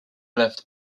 left